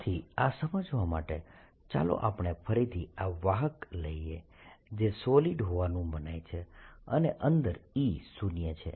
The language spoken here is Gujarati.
તેથી આ સમજવા માટે ચાલો આપણે ફરીથી આ વાહક લઈએ જે સોલિડ હોવાનું મનાય છે અને અંદર E શૂન્ય છે